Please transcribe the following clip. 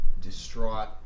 distraught